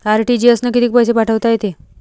RTGS न कितीक पैसे पाठवता येते?